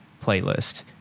playlist